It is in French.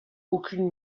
aucune